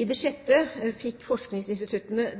I det 6. rammeprogrammet fikk forskningsinstituttene